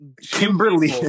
Kimberly